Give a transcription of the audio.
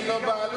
זו לא בעלות.